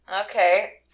Okay